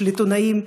של עיתונאים,